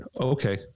okay